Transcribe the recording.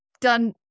done